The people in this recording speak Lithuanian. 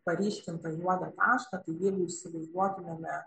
paryškintą juodą tašką tai jeigu įsivaizduotumėme